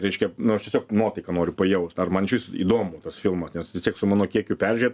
reiškia nu aš tiesiog nuotaiką noriu pajaust ar man išvis įdomu tas filmas nes vis tiek su mano kiekiu peržiūrėt